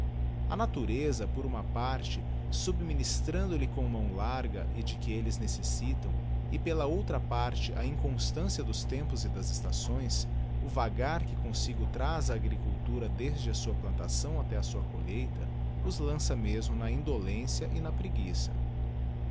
a natureza por uma parte subministrando lhe com mão larga e de que elles necessitam e pela outra parte a inconstância dos tempos e das estações o vagar que comsigo traz a agricultura desde a sua plantação até a sua colheita os lança mesmo na indolência e na preguiça